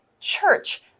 Church